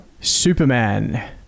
Superman